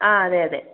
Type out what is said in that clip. ആ അതെ അതെ